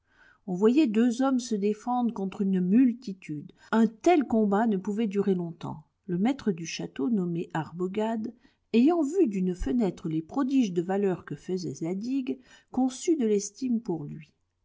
on voyait deux hommes se défendre contre une multitude un tel combat ne pouvait durer long-temps le maître du château nommé arbogad ayant vu d'une fenêtre les prodiges de valeur que fesait zadig conçut de l'estime pour lui